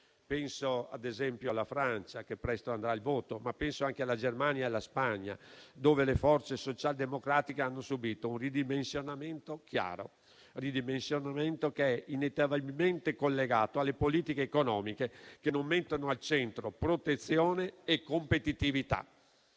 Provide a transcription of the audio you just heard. Penso, ad esempio, alla Francia, che presto andrà al voto, ma anche alla Germania e alla Spagna, dove le forze socialdemocratiche hanno subito un ridimensionamento chiaro, inevitabilmente collegato alle politiche economiche che non mettono al centro protezione e competitività.